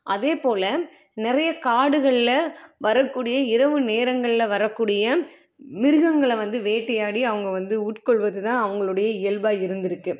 அதே போல் நிறைய காடுகளில் வரக்கூடிய இரவு நேரங்களில் வரக்கூடிய மிருகங்களை வந்து வேட்டையாடி அவங்க வந்து உட்கொள்வது தான் அவங்களுடைய இயல்பாக இருந்துருக்குது